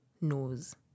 knows